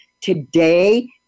today